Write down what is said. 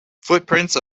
footprints